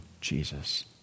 Jesus